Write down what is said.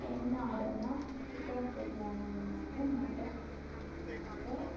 என்ன ஆர்டர்னால் சிக்கன் பிரியாணி மூணு மட்டன் பிரியாணி ரெண்டு